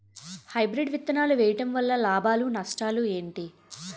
Hybrid విత్తనాలు వేయటం వలన లాభాలు నష్టాలు ఏంటి?